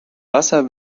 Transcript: wasser